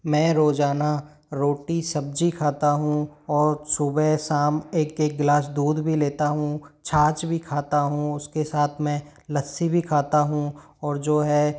मैं रोजाना रोटी सब्जी खाता हूँ और सुबह शाम एक एक ग्लास दूध भी लेता हूँ छाछ भी खाता हूँ उसके साथ मैं लस्सी भी खाता हूँ और जो है